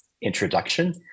introduction